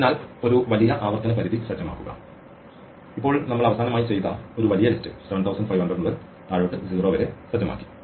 അതിനാൽ ഒരു വലിയ ആവർത്തന പരിധി സജ്ജമാക്കുക ഇപ്പോൾ നമ്മൾ അവസാനമായി ചെയ്ത ഒരു വലിയ ലിസ്റ്റ് 7500 മുതൽ താഴോട്ട് 0 വരെ സജ്ജമാക്കി